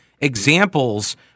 examples